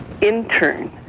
intern